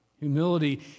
Humility